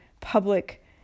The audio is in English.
public